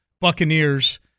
Buccaneers